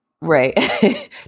Right